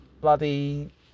Bloody